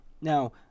Now